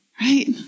Right